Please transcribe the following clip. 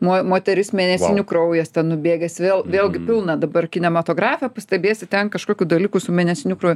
muo moteris mėnesinių kraujas ten nubėgęs vėl vėlgi pilna dabar kinematografija pastebėsi ten kažkokių dalykų su mėnesinių krauju